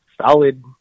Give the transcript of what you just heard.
solid